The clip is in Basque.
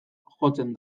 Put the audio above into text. jotzen